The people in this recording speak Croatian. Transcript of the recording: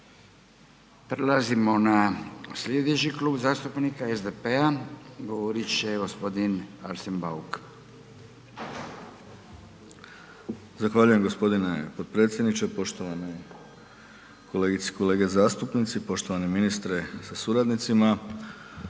Prelazimo na slijedeći klub zastupnika SDP-a, govorit će g. Arsen Bauk. **Bauk, Arsen (SDP)** Zahvaljujem g. potpredsjedniče, poštovane kolegice i kolege zastupnici, poštovani ministre sa suradnicima.